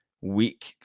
week